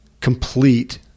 complete